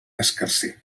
escarser